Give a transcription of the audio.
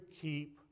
keep